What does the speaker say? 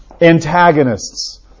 antagonists